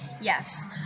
Yes